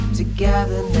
together